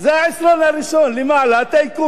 זה העשירון הראשון, למעלה, הטייקונים.